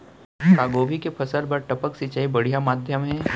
का गोभी के फसल बर टपक सिंचाई बढ़िया माधयम हे?